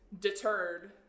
deterred